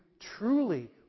truly